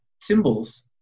symbols